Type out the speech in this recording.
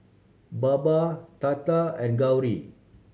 Baba Tata and Gauri